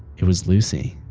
it was lucy.